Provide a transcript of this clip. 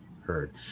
heard